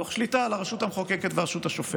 תוך שליטה על הרשות המחוקקת והרשות השופטת.